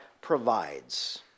provides